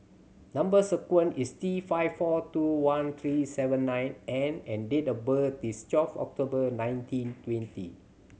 number sequence is T five four two one three seven nine N and date of birth is twelve October nineteen twenty